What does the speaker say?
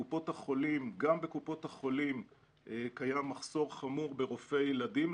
גם בקופות החולים קיים מחסור חמור ברופאי ילדים,